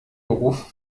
beruf